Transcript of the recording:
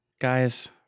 guys